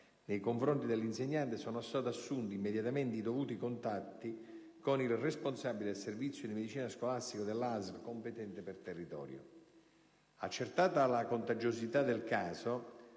nei confronti dell'insegnante, sono stati assunti immediatamente i dovuti contatti con il responsabile del servizio della medicina scolastica della ASL competente per territorio. Accertata la contagiosità del caso,